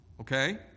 Okay